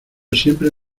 siempre